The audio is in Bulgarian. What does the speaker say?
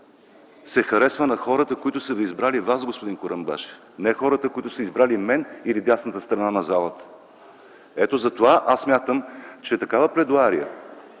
се харесва на хората, които са избрали Вас, господин Курумбашев, не на хората, които са избрали мен или дясната страна на залата. Ето затова смятам, че такава пледоария